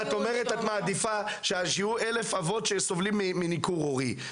את אומרת שאת מעדיפה שיהיו אלף אבות שסובלים מניכור הורי.